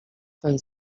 ten